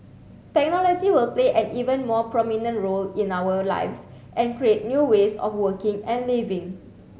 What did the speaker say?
technology will play an even more prominent role in our lives and create new ways of working and living